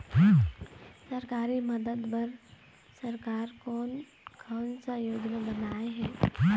सरकारी मदद बर सरकार कोन कौन सा योजना बनाए हे?